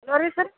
ಹೇಳ್ರಿ ಸರ್